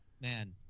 man